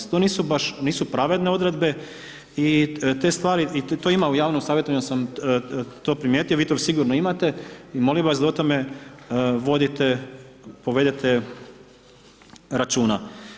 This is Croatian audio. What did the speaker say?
To nisu baš, nisu pravedne odredbe i te stvari i to ima u javnom savjetovanju sam to primijetio, vi to sigurno imate i molim vas da o tome vodite, povedete računa.